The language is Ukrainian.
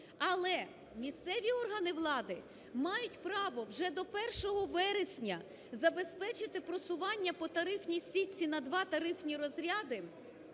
Але місцеві органи влади мають право вже до 1 вересня забезпечити просування по тарифній сітці на два тарифні розряди,